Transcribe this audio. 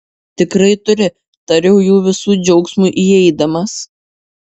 tikrai turi tariau jų visų džiaugsmui įeidamas